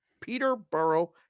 Peterborough